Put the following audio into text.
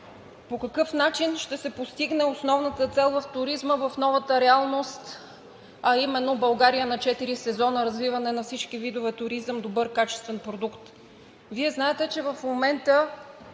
По какъв начин ще се постигне основната цел в туризма в новата реалност, а именно: България на четири сезона, развиване на всички видове туризъм – добър качествен продукт? Вие знаете, че в момента